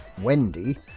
Wendy